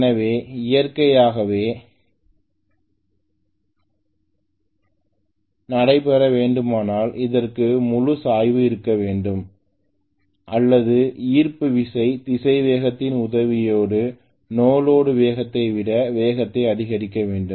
எனவே இயற்கையாகவே மீளுருவாக்கம் நடைபெற வேண்டுமானால் அதற்கு ஒரு சாய்வு இருக்க வேண்டும் அல்லது ஈர்ப்பு விசை திசைவேகத்தின் உதவியோடு நோ லோடு வேகத்தை விட வேகத்தை அதிகரிக்க வேண்டும்